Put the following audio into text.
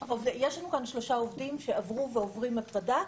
יש לנו כאן שלושה עובדים שעברו ועוברים הטרדה.